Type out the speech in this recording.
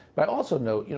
but also note, you know